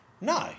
No